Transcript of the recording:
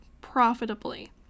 profitably